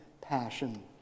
passion